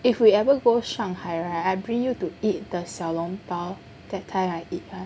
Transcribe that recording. if we ever go Shanghai right I bring you go to eat the xiao long bao that time I eat one